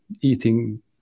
eating